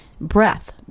Breath